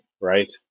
right